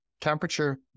temperature